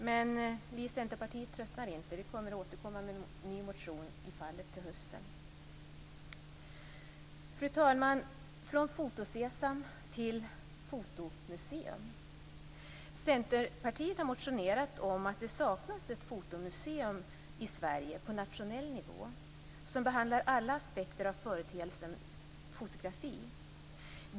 Men vi i Centerpartiet tröttnar inte, utan vi återkommer till hösten med en ny motion i frågan. Fru talman! Jag går så från Foto-Sesam till ett fotomuseum. Centerpartiet har motionerat om att det på nationell nivå saknas ett fotomuseum i Sverige som behandlar alla aspekter av företeelsen fotografi.